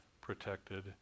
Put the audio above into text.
protected